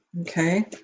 Okay